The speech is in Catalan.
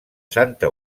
santa